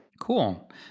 Cool